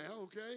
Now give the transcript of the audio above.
okay